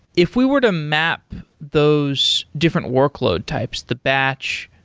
if we were to map those different workload types the batch,